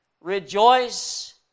Rejoice